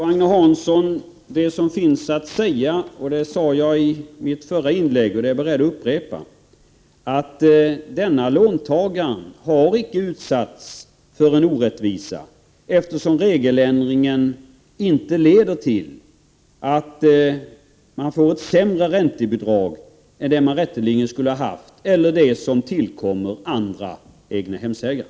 Herr talman! Det som finns att säga sade jag i mitt förra inlägg, och det är jag beredd att upprepa: Denna låntagare har inte utsatts för en orättvisa, eftersom regeländringen inte leder till att han får ett sämre räntebidrag än det han rätteligen skulle ha haft eller det som tillkommer andra egnahemsägare.